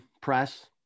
press